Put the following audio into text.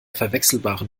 verwechselbaren